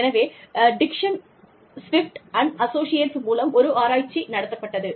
எனவே Dickson Swift Associates மூலம் ஒரு ஆராய்ச்சி நடத்தப்பட்டது